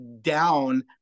down